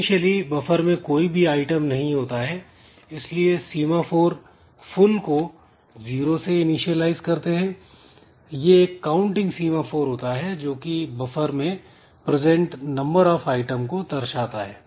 initially buffer में कोई भी आइटम नहीं होता है इसलिए सीमा फोर फुल को जीरो से इनिशियलाइज करते हैं यह एक काउंटिंग सीमाफोर होता है जो कि बफर में प्रजेंट नंबर ऑफ आइटम को दर्शाता है